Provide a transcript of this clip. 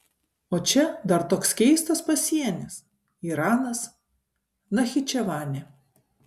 o čia dar toks keistas pasienis iranas nachičevanė